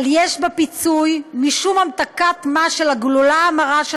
אבל יש בפיצוי משום המתקת-מה של הגלולה המרה של